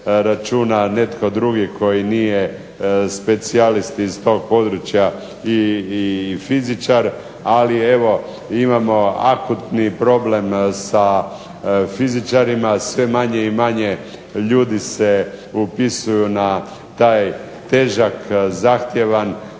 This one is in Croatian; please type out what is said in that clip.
netko drugi koji nije specijalist iz tog područja i fizičar, ali evo imamo akutni problem sa fizičarima. Sve manje i manje ljudi se upisuju na taj težak, zahtjevan,